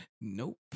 Nope